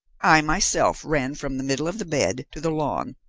i, myself, ran from the middle of the bed, to the lawn,